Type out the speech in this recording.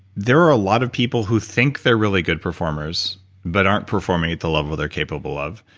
there are a lot of people who think they're really good performers but aren't performing at the level they're capable of.